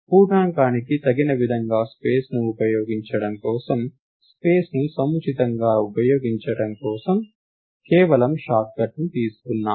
పూర్ణాంకానికి తగిన విధంగా స్పేస్ని ఉపయోగించడం కోసం స్పేస్ని సముచితంగా ఉపయోగించడం కోసం కొంచెం షార్ట్కట్ తీసుకున్నాము